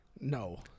No